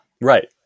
Right